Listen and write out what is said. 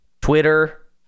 twitter